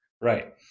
right